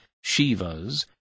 Shiva's